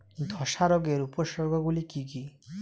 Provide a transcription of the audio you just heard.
ধসা রোগের উপসর্গগুলি কি কি?